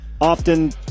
Often